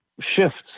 Shifts